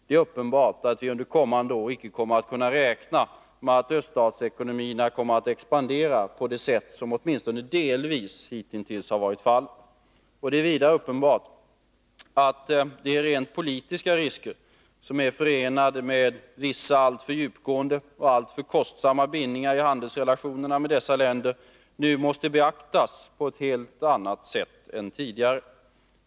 Det är uppenbart, att vi under kommande år icke kan räkna med att öststatsekonomierna kommer att expandera på det sätt som åtminstone delvis hitintills varit fallet. Det är vidare uppenbart, att de rent politiska risker som är förenade med vissa alltför djupgående och alltför kostsamma bindningar i handelsrelationerna med dessa länder nu måste beaktas på ett helt annat sätt än tidigare.